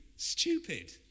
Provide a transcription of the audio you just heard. Stupid